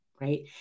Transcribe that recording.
right